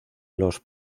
los